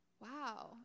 wow